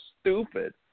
stupid